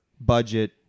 budget